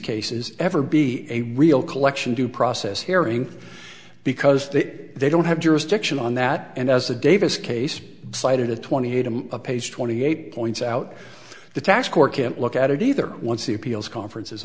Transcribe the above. cases ever be a real collection due process hearing because they they don't have jurisdiction on that and as a davis case cited at twenty eight i'm a page twenty eight points out the tax court can't look at it either once the appeals conference